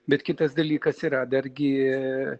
bet kitas dalykas yra dargi